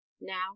now